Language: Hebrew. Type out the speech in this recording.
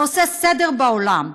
שעושה סדר בעולם,